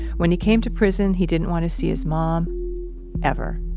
when he came to prison, he didn't want to see his mom ever.